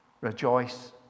Rejoice